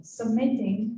submitting